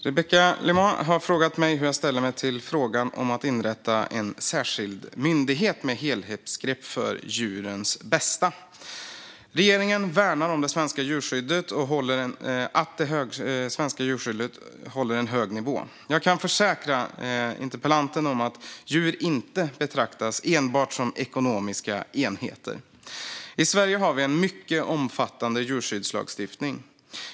Herr talman! har frågat mig hur jag ställer mig till frågan om att inrätta en särskild myndighet med helhetsgrepp för djurens bästa. Regeringen värnar att det svenska djurskyddet håller en hög nivå. Jag kan försäkra interpellanten om att djur inte betraktas enbart som ekonomiska enheter. I Sverige har vi en mycket omfattande djurskyddslagstiftning.